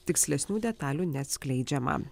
tikslesnių detalių neatskleidžiama